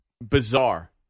bizarre